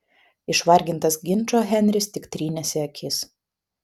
išvargintas ginčo henris tik trynėsi akis